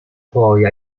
poi